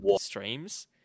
streams